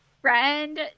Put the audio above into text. friend